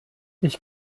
ich